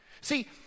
See